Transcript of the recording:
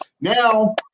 Now